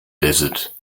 desert